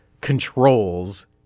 controls